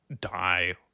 die